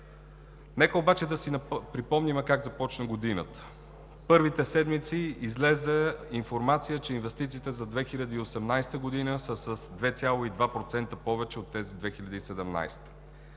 Нека обаче си припомним как започна годината. Първите седмици излезе информация, че инвестициите за 2018 г. са с 2,2% повече от тези за 2017 г.